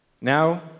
Now